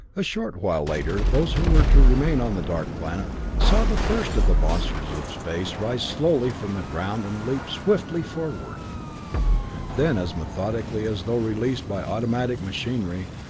a short while later those who were to remain on the dark planet saw the first of the monsters of space rise slowly from the ground and leap swiftly forward then as methodically as though released by automatic machinery,